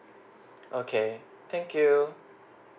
okay thank you